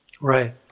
Right